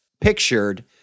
pictured